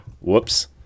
whoops